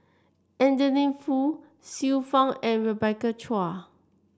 Adeline Foo Xiu Fang and Rebecca Chua